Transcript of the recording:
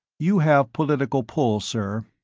you have political pull, sir.